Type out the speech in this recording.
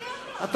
שנים.